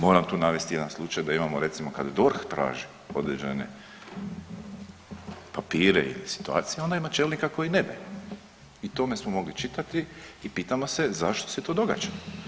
Moram tu navesti jedan slučaj da imamo recimo kad DORH traži određene papire ili situacije onda ima čelnika koji ne daju i o tome smo moli čitati i pitamo se zašto se to događa.